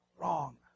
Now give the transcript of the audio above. wrong